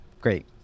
Great